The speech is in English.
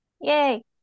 Yay